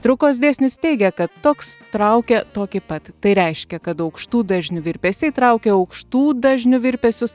traukos dėsnis teigia kad toks traukia tokį pat tai reiškia kad aukštų dažnių virpesiai traukia aukštų dažnių virpesius